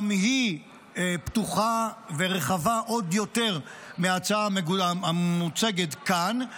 גם היא פתוחה ורחבה עוד יותר מההצעה המוצגת כאן,